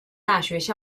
大学